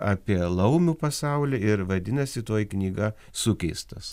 apie laumių pasaulį ir vadinasi toji knyga sukeistas